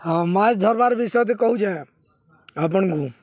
ହଁ ମାଛ୍ ଧର୍ବାର୍ ବିଷୟଥି କହୁଚେଁ ଆପଣ୍କୁ